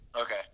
Okay